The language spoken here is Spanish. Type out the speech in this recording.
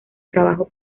trabajos